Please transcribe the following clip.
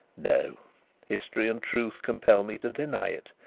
no history and truth compel me to deny it.